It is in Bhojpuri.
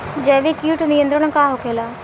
जैविक कीट नियंत्रण का होखेला?